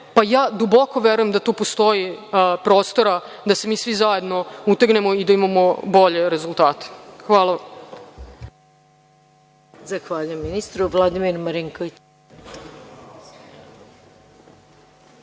Duboko verujem da tu postoji prostora da se mi svi zajedno utegnemo i da imamo bolje rezultate. Hvala